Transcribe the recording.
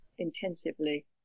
intensively